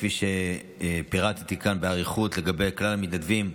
כפי שפירטתי כאן באריכות לגבי כלל המתנדבים,